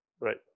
right